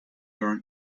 learn